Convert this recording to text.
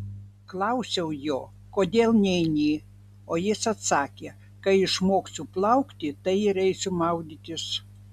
klausiau jo kodėl neini o jis atsakė kai išmoksiu plaukti tai ir eisiu maudytis